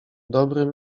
dobrym